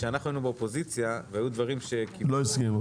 כשאנחנו היינו באופוזיציה והיו דברים --- הם לא הסכימו.